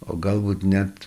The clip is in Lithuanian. o galbūt net